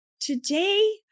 Today